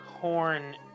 corn